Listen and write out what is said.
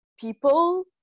people